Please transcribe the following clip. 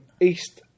east